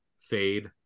fade